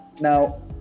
Now